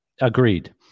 Agreed